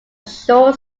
short